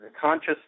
conscious